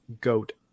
Goat